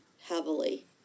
heavily